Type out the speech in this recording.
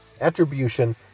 attribution